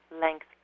length